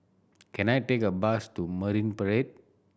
can I take a bus to Marine Parade